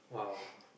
!wow!